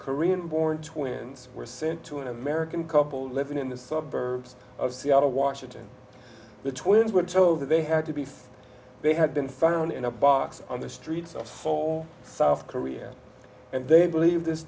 korean born twins were sent to an american couple living in the suburbs of seattle washington the twins were told that they had to beef they had been found in a box on the streets of seoul south korea and they believe this